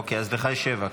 אוקי, אז לך יש שבע.